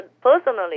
personally